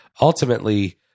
Ultimately